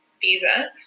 visa